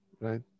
right